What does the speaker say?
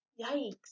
Yikes